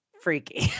freaky